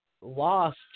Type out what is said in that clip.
lost